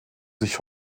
sich